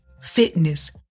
fitness